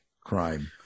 crime